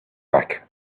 back